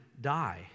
die